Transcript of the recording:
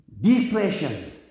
depression